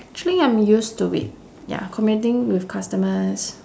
actually I'm used to it ya communicating with customers